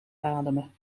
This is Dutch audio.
ademen